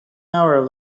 hour